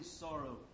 sorrow